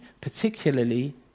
particularly